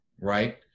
right